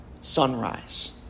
sunrise